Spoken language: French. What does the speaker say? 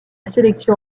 sélection